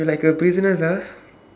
we like a prisoners ah